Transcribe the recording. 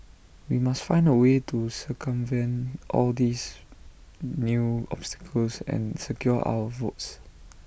we must find A way to circumvent all these new obstacles and secure our votes